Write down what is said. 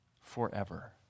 forever